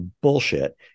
bullshit